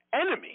enemy